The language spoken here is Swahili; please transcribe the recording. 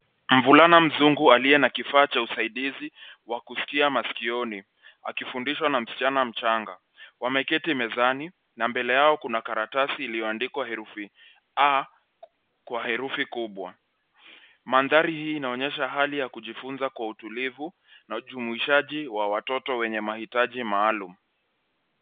Mvulana mzungu aliye na kifaa cha usaidizi wa kusikia masikioni, akifundishwa na msichana mchanga. Wameketi mezani na mbele yao kuna karatasi iliyoandikwa herufi A kwa herufi kubwa. Mandhari hii inaonyesha hali ya kujifunza kwa utulivu na ujumuishaji wa watoto wenye mahitaji maalum.